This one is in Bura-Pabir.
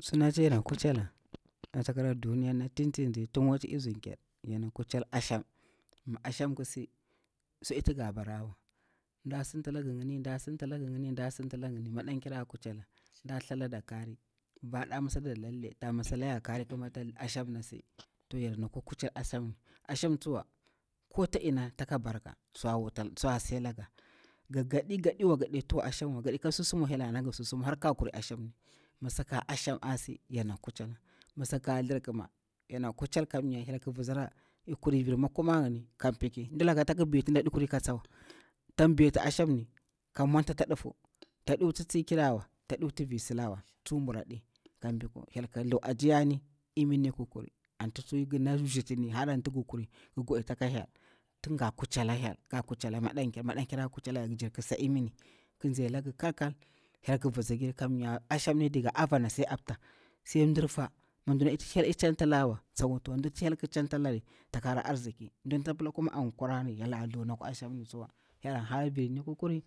Su nati yana kucheli atakira duniya ni tunti in nzi tun wacci yana kuchelir i zinker asham, mi asham ki si su aɗi ti nga barawa, nda sinta langari madan ker a kucheli nɗa thalada kari, babba ɗa a masalada lalle, nɗa masalaya kari ƙirata ashamni, toh yarna kuchelir ashammi tsuwa kota ina taka barka, swa si a laga, nga gati gaɗiwa ga dai tuwa shamwa, mi ngaɗi ka susumwa hyel a nalanga susum har ka kuri ashamni, saka asham a si yarna kucheli, mi saka thirkima yana kuchehi kamnya hyel ki vitsira, ik kuri vir ma kumari ngini ka piki, mdilaka ndik baiti amma ndaɗi kuri ka tsawa, tak beti ashamni ka mwanta a tadifu, taɗi wut tsi kirar wa, taɗi wuf vi silarwa tsu bura ɗin, hyel ki thlu ajiya ni, imir ni ki kuri, anti tsu gina mishitini har anti ngi kuri, ngir gwaditi aka hyel, tin nga kucheli ala hyel. Maɗanchar a kuchehi ndik sa imi ni, ki tsay langa kel kal, kam nya ashemni daga avana sai apta, sai imdir fala, mi mdina ti hyel aɗi centa cawa tsa wutu wa, mi ndi nati hyel ki chantakri tak hara arziki, mdi nati hyel pila on kura ni tsuwa, virini ki kuri